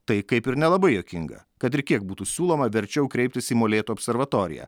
tai kaip ir nelabai juokinga kad ir kiek būtų siūloma verčiau kreiptis į molėtų observatoriją